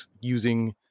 using